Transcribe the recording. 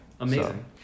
amazing